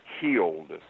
healed